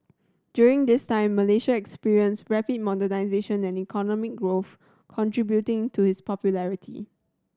during this time Malaysia experienced rapid modernisation and economic growth contributing to his popularity